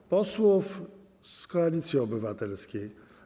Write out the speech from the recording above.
Do posłów z Koalicji Obywatelskiej.